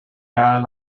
jahre